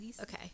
Okay